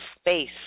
space